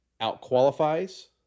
out-qualifies